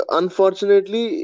unfortunately